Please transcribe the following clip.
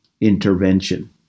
intervention